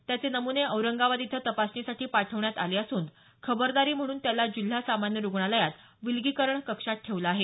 त्याचे नम्ने औरंगाबाद इथं तपासणीसाठी पाठवण्यात आले असून खबरदारी म्हणून त्याला जिल्हा सामान्य रुग्णालयात विलगीकरण कक्षात ठेवलं आहे